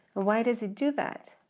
why does it do that?